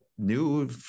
new